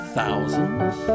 Thousands